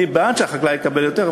אני בעד שהחקלאי יקבל יותר,